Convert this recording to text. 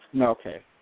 Okay